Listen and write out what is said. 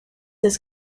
his